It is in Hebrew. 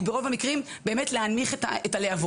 וברוב המקרים הם יודעים להנמיך את הלהבות.